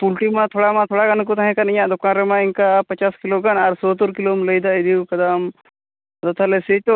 poultry ᱢᱟ ᱛᱷᱚᱲᱟ ᱢᱟ ᱛᱷᱚᱲᱟ ᱜᱟᱱ ᱜᱮᱠᱚ ᱛᱟᱦᱮᱸ ᱠᱟᱱ ᱤᱧᱟᱹᱜ ᱫᱚᱠᱟᱱ ᱨᱮᱢᱟ ᱚᱱᱠᱟ ᱯᱚᱪᱟᱥ ᱠᱤᱞᱳ ᱜᱟᱱ ᱟᱨ ᱥᱳᱛᱛᱳᱨ ᱠᱤᱞᱳᱢ ᱞᱟᱹᱭᱫᱟ ᱤᱫᱤ ᱠᱟᱫᱟᱢ ᱟᱫᱚ ᱛᱟᱦᱞᱮ ᱥᱮᱭ ᱛᱳ